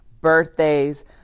birthdays